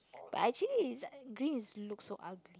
but actually is uh green is looks so ugly